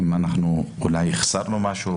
אולי החסרנו משהו,